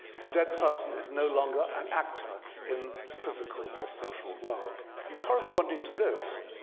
the dead person is no longer an actor in the physical or social world. and corresponding to this,